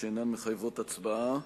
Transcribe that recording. שאינן מחייבות הצבעה.